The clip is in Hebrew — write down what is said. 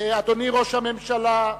אדוני ראש הממשלה,